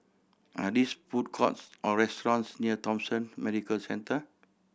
are these food courts or restaurants near Thomson Medical Centre